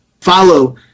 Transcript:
follow